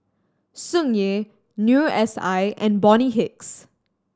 Tsung Yeh Noor S I and Bonny Hicks